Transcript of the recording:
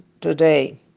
today